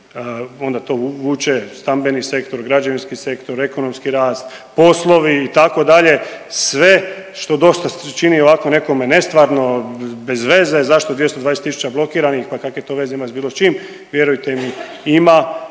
onda to vuče stambeni sektor, građevinski sektor, ekonomski rast, poslovi, itd., sve što dosta se čini ovako nekome nestvarno, bez veze, zašto 220 tisuća blokiranih, pa kakve to veze ima s bilo čim, vjerujte mi, ima